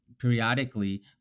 periodically